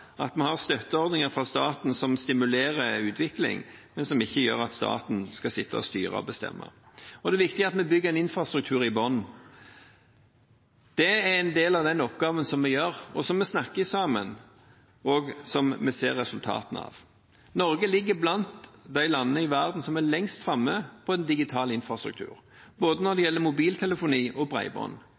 at vi har støtteordninger fra staten som stimulerer en utvikling, men som ikke gjør at staten skal sitte og styre og bestemme. Og det er viktig at vi bygger en infrastruktur fra bunnen. Det er en del av den oppgaven som vi gjør, som vi snakker om sammen, og som vi ser resultatene av. Norge er blant de landene i verden som er lengst framme på området digital infrastruktur, både når det gjelder mobiltelefoni, og